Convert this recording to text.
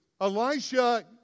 Elisha